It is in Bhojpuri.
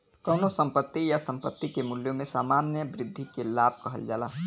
कउनो संपत्ति या संपत्ति के मूल्य में सामान्य वृद्धि के लाभ कहल जाला